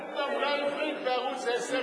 מה עם עברית בערוץ-10,